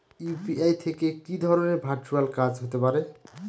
UPI থেকে কি ধরণের ভার্চুয়াল কাজ হতে পারে?